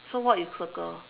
so what you circle